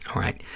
right,